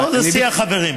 זה שיח חברים.